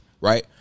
Right